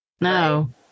No